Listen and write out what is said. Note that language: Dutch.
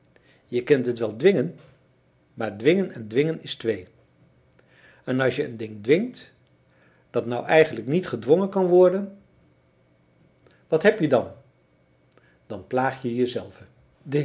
je kent het wel dwingen maar dwingen en dwingen is twee en as je een ding dwingt dat nou eigenlijk niet gedwongen kan worden wat heb je dan dan plaag je je